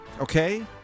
Okay